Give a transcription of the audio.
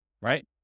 right